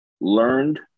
learned